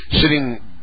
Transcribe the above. sitting